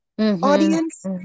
audience